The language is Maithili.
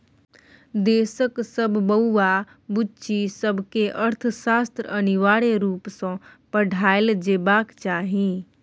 देशक सब बौआ बुच्ची सबकेँ अर्थशास्त्र अनिवार्य रुप सँ पढ़ाएल जेबाक चाही